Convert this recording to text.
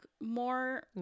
more